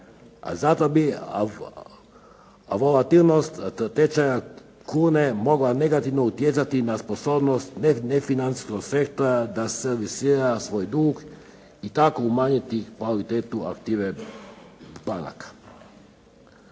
Zato bih … tečaja kune mogla negativno utjecati na sposobnost nefinancijskog sektora da servisira svoj dug i tako umanjiti kvalitetu aktive banaka.